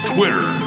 Twitter